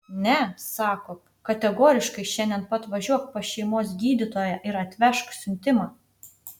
ne sako kategoriškai šiandien pat važiuok pas šeimos gydytoją ir atvežk siuntimą